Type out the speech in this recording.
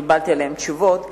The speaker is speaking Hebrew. קיבלתי עליהן תשובות.